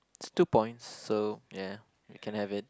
it's two points so yeah you can have it